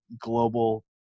global